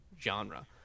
genre